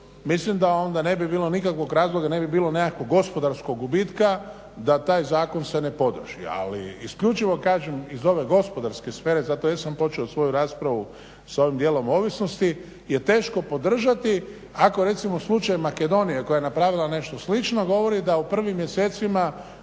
mislim da onda ne bi bilo nikakvog razloga, ne bi bilo nekakvog gospodarskog gubitka da taj zakon se ne podrži. Ali isključivo kažem iz ove gospodarske sfere zato jesam počeo svoju raspravu sa ovim dijelom ovisnosti je teško podržati ako recimo slučaj makedonije koja je napravila nešto slično govori da u prvim mjesecima